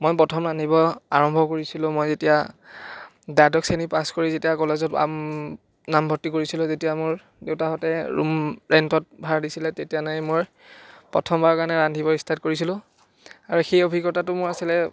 মই প্ৰথম ৰান্ধিব আৰম্ভ কৰিছিলোঁ মই যেতিয়া দ্বাদশ শ্ৰেণী পাছ কৰি যেতিয়া কলেজত নাম ভৰ্তি কৰিছিলোঁ তেতিয়া মোৰ দেউতাহঁতে ৰোম ৰেণ্টত ভাড়া দিছিলে তেতিয়ানে মই প্ৰথমবাৰৰ কাৰণে ৰান্ধিব ষ্টাৰ্ট কৰিছিলোঁ আৰু সেই অভিজ্ঞতাটো মোৰ আছিলে